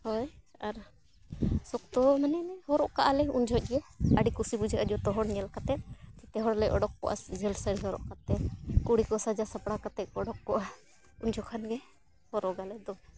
ᱦᱳᱭ ᱟᱨ ᱥᱚᱠᱛᱚ ᱢᱟᱱᱮ ᱦᱚᱨᱚᱜ ᱠᱟᱜ ᱟᱞᱮ ᱩᱱ ᱡᱠᱷᱚᱱ ᱜᱮ ᱟᱹᱰᱤ ᱠᱩᱥᱤ ᱵᱩᱡᱷᱟᱹᱜᱼᱟ ᱡᱷᱚᱛᱚ ᱦᱚᱲ ᱧᱮᱞ ᱠᱟᱛᱮᱫ ᱡᱷᱚᱛᱚ ᱦᱚᱲ ᱞᱮ ᱩᱰᱩᱠ ᱠᱚᱜᱼᱟ ᱡᱷᱟᱹᱞ ᱥᱟᱹᱲᱤ ᱦᱚᱨᱚᱜ ᱠᱟᱛᱮᱫ ᱠᱩᱲᱤ ᱠᱚ ᱥᱟᱡᱟᱣ ᱥᱟᱯᱲᱟᱣ ᱠᱟᱛᱮᱫ ᱠᱚ ᱩᱰᱩᱠ ᱠᱚᱜᱼᱟ ᱩᱱ ᱡᱚᱠᱷᱚᱱ ᱜᱮ ᱦᱚᱨᱚᱜᱟᱞᱮ ᱟᱞᱮ ᱫᱚ